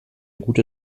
gute